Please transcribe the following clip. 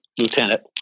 lieutenant